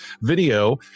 video